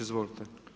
Izvolite.